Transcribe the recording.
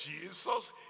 Jesus